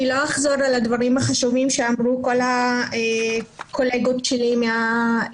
לא אחזור על הדברים שנאמרו כבר על ידי הקולגות שלי מהנציבות